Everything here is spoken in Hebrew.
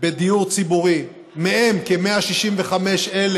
בדיור ציבורי, מהן כ-165,000